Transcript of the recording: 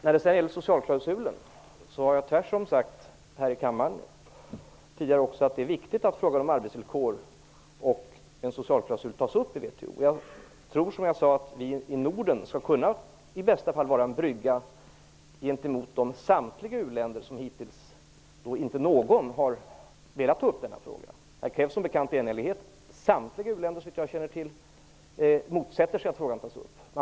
När det gäller socialklausulen har jag tvärtom sagt här i kammaren tidigare att det är viktigt att frågan om arbetsvillkor och en socialklausul tas upp i WTO. Jag tror, som jag sade, att vi i Norden i bästa fall skall kunna vara en brygga gentemot samtliga de u-länder som hittills inte har velat ta upp denna fråga. Här krävs som bekant enhällighet. Samtliga u-länder motsätter sig, såvitt jag känner till, att frågan tas upp.